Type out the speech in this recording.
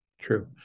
true